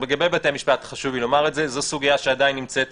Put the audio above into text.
בכל זאת בתי המשפט זה מושג כולל,